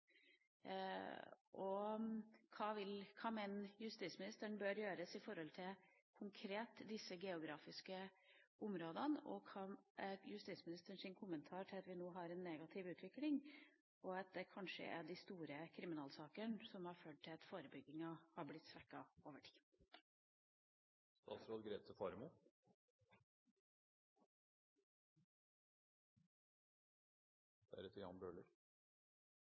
Hva mener justisministeren bør gjøres med hensyn til disse konkrete geografiske områdene, og hva er hennes kommentar til at vi nå har en negativ utvikling, og at det kanskje er de store kriminalsakene som har ført til at forebygginga er blitt